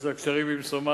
יש לה קשרים עם סומליה,